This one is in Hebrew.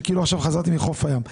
כאילו עכשיו חזרתי מחוף הים.